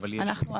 אבל יש עוד.